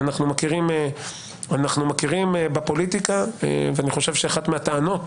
אנחנו מכירים בפוליטיקה ואני חושב שאחת מהטענות